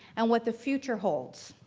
and what the future holds.